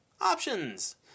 Options